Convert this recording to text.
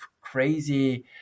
crazy